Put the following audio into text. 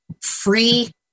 free